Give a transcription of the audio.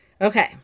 Okay